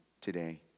today